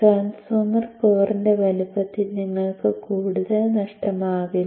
transformer കോറിന്റെ വലുപ്പത്തിൽ നിങ്ങൾക്ക് കൂടുതൽ നഷ്ടമാകില്ല